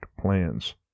plans